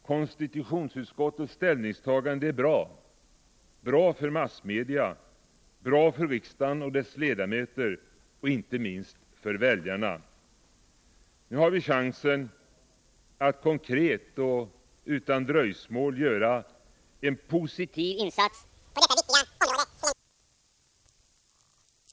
Konstitutionsutskottets ställningstagande är bra för massmedierna, bra för riksdagen och dess ledamöter och — inte minst — bra för väljarna. Nu har vi chansen att konkret och utan dröjsmål göra en positiv insats på detta viktiga område till en rimlig kostnad. Herr talman! Jag yrkar på denna punkt bifall till konstitutionsutskottets hemställan.